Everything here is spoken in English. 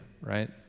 right